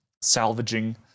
salvaging